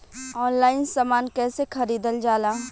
Online समान कैसे खरीदल जाला?